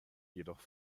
jedoch